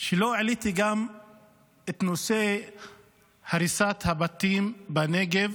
שלא העליתי גם את נושא הריסת הבתים בנגב,